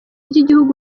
ry’igihugu